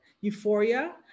euphoria